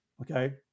okay